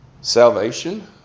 Salvation